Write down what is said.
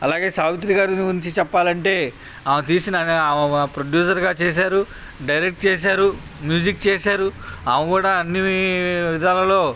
అలాగే సావిత్రి గారి గురించి చెప్పాలంటే ఆమె తీసిన ఆమె ప్రొడ్యూసర్గా చేశారు డైరెక్ట్ చేశారు మ్యూజిక్ చేశారు ఆమె కూడా అన్ని విధానాలలో